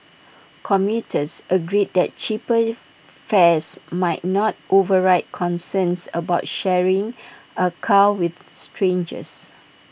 commuters agreed that cheaper fares might not override concerns about sharing A car with strangers